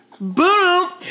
Boom